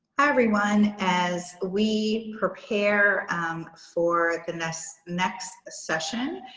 everyone. as we prepare for the next next session,